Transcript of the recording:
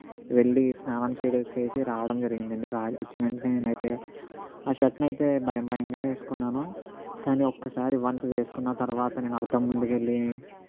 వెళ్ళి స్నానం చేయ చేసి రావడం జరిగిందండి రా వచ్చిన వెంటనే నేను అయితే షర్ట్ని అయితే భయం భయంగానే వేసుకున్నాను కానీ ఒక్కసారి వన్స్ వేసుకున్న తర్వాత నేను అద్దం ముందుకు వెళ్ళి